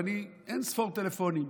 אין-ספור טלפונים,